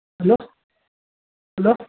hello hello